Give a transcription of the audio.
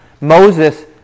Moses